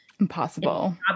impossible